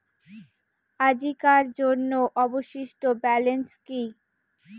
আজিকার জন্য অবশিষ্ট ব্যালেন্স কি?